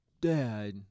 dad